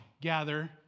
gather